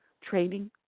training